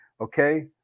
okay